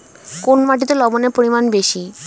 কোন মাটিতে লবণের পরিমাণ বেশি?